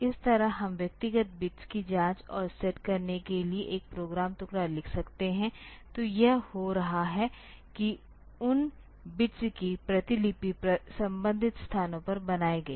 इस तरह हम व्यक्तिगत बिट्स की जाँच और सेट करने के लिए एक प्रोग्राम टुकड़ा लिख सकते हैं तो यह हो रहा है कि उन बिट्स की प्रतिलिपि संबंधित स्थानों पर बनाई जाए